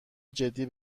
جدی